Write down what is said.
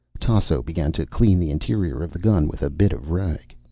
tasso began to clean the interior of the gun with a bit of rag.